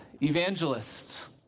evangelists